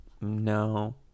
No